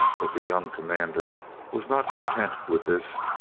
but the young commander was not content with this.